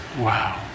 Wow